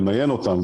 למיין אותם,